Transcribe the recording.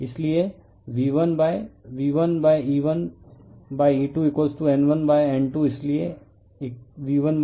इसलिए V1V1E1E2N1N2 इसलिए V1V2 equal N1N2 है